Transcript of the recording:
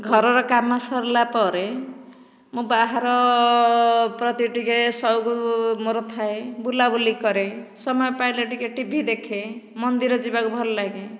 ଘରର କାମ ସରିଲା ପରେ ମୁଁ ବାହାର ପ୍ରତି ଟିକେ ସଉକ ମୋର ଥାଏ ବୁଲାବୁଲି କରେ ସମୟ ପାଇଲେ ଟିକେ ଟିଭି ଦେଖେ ମନ୍ଦିର ଯିବାକୁ ଭଲ ଲାଗେ